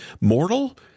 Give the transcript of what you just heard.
Mortal